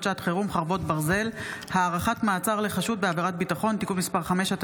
שעת חירום (חרבות ברזל) (הארכת מעצר לחשוד בעבירת ביטחון) (תיקון מס' 5),